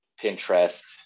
Pinterest